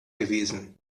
gewesen